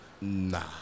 Nah